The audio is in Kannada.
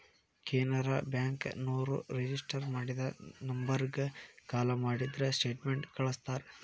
ಕೆನರಾ ಬ್ಯಾಂಕ ನೋರು ರಿಜಿಸ್ಟರ್ ಮಾಡಿದ ನಂಬರ್ಗ ಕಾಲ ಮಾಡಿದ್ರ ಸ್ಟೇಟ್ಮೆಂಟ್ ಕಳ್ಸ್ತಾರ